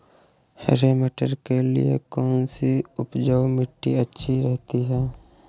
हरे मटर के लिए कौन सी उपजाऊ मिट्टी अच्छी रहती है?